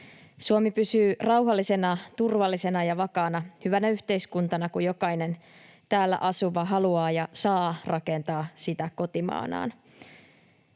Suomi pysyy rauhallisena, turvallisena ja vakaana, hyvänä yhteiskuntana, kun jokainen täällä asuva haluaa ja saa rakentaa sitä kotimaanaan.